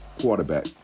quarterback